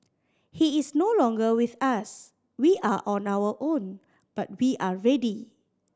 he is no longer with us we are on our own but we are ready